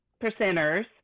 percenters